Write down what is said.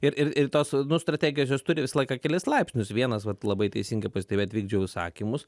ir ir ir tos nu strategijos jos turi visą laiką kelis laipsnius vienas vat labai teisingai pastebėjot vykdžiau įsakymus